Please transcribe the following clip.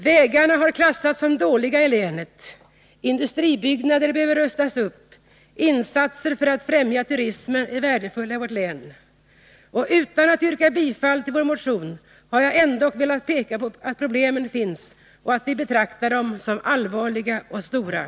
Vägarna har klassats som dåliga i länet, industribyggnader behöver rustas upp och insatser för att främja turismen är värdefulla i vårt län. Utan att yrka bifall till vår motion har jag ändå velat peka på att problemen finns och att vi betraktar dem som allvarliga och stora.